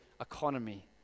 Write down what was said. economy